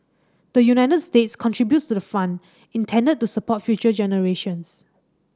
the United States contributes to the fund intended to support future generations